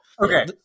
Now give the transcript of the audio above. okay